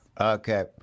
Okay